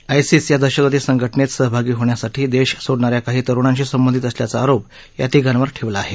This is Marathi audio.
आयसिस या दहशतवादी संघटनेत सहभागी होण्यासाठी देश सोडणा या काही तरुणांशी संबंधित असल्याचा आरोप या तिघांवर ठेवला आहे